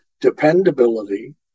dependability